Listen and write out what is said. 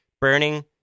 Burning